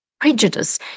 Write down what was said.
prejudice